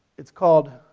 it's called,